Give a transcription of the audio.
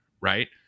right